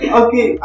okay